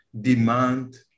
demand